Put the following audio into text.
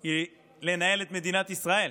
היא לנהל את מדינת ישראל,